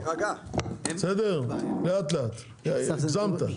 לאט-לאט, הגזמת.